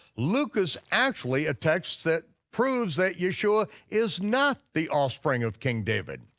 luke is actually a text that proves that yeshua is not the offspring of king david.